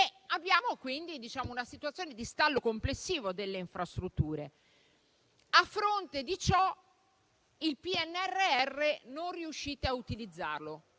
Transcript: Abbiamo quindi una situazione di stallo complessivo delle infrastrutture. A fronte di ciò, non riuscite a utilizzare